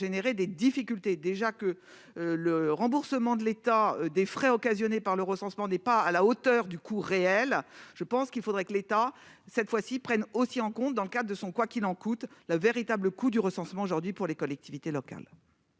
générer des difficultés déjà que le remboursement de l'État des frais occasionnés par le recensement n'est pas à la hauteur du coût réel, je pense qu'il faudrait que l'État, cette fois-ci, prennent aussi en compte dans le cas de son quoi qu'il en coûte la véritable coût du recensement aujourd'hui pour les collectivités locales.